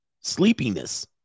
sleepiness